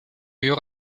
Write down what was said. uur